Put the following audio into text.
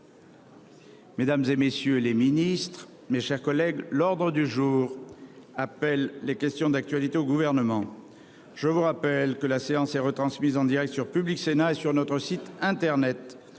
Mesdames, et messieurs les ministres, mes chers collègues, l'ordre du jour appelle les questions d'actualité au gouvernement. Je vous rappelle que la séance est retransmise en Direct sur Public Sénat sur notre site internet.